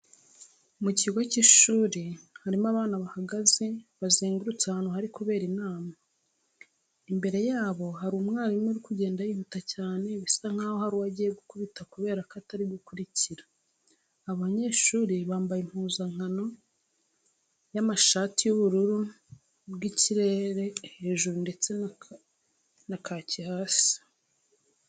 Mu kigo cy'ishuri harimo abana bahagaze bazengurutse ahantu hari kubera inama. Imbere yabo hari umwarimu uri kugenda yihuta cyane bisa nkaho hari uwo agiye gukubita kubera ko atari gukurikira. Aba banyeshuri bambaye impuzankano y'amashati y'ubururu bw'ikirere hejuru ndetse na kaki hasi.